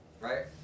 Right